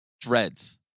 dreads